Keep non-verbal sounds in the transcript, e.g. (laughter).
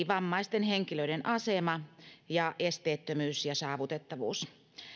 (unintelligible) vammaisten henkilöiden asema ja esteettömyys ja saavutettavuus